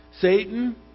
Satan